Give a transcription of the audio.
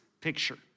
picture